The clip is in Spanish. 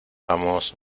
vamos